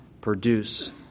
produce